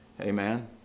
Amen